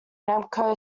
namco